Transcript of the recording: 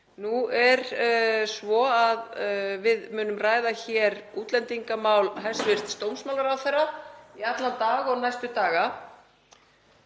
Nú er það svo að við munum ræða hér útlendingamál hæstv. dómsmálaráðherra í allan dag og næstu daga.